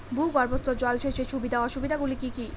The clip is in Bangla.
ভূগর্ভস্থ জল সেচের সুবিধা ও অসুবিধা গুলি কি কি?